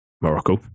Morocco